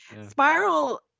spiral